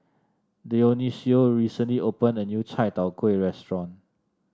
Dionicio recently opened a new Chai Tow Kway Restaurant